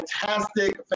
fantastic